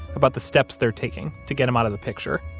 about the steps they're taking to get them out of the picture.